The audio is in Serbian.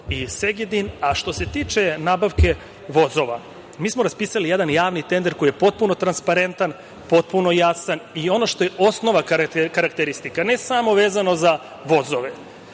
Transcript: i Segedin. Što se tiče nabavke vozova, mi smo raspisali jedan javni tender koji je potpuno transparentan, potpuno jasan i ono što je osnovna karakteristika, ne samo vezano za vozove,